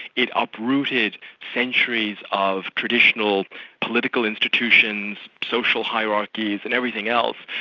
it uprooted centuries of traditional political institutions, social hierarchies and everything else,